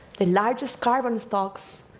the largest carbon stalks,